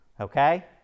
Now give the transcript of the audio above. okay